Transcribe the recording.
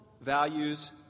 values